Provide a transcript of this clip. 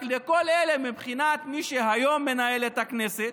רק לכל אלה, מבחינת מי שהיום מנהל את הכנסת,